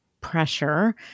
pressure